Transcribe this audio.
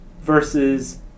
versus